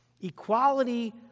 Equality